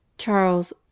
charles